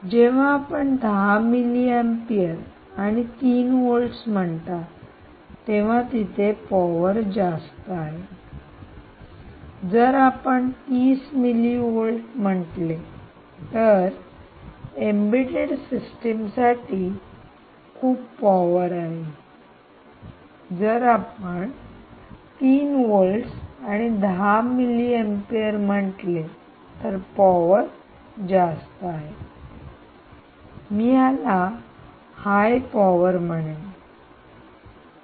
जेव्हा आपण 10 मिलीअँपीयर आणि 3 व्होल्ट्स म्हणता तेव्हा तिथे पॉवर जास्त असते जर आपण 30 मिलिवॅट्स म्हटले तर एम्बेड्डेड सिस्टीम साठी खूप पॉवर आहे जर आपण 3 व्होल्ट्स आणि 10 मिलिअम्पियर म्हटले तर पॉवर जास्त आहे मी याला हाय पॉवर म्हणेन